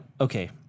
okay